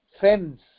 fence